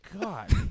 god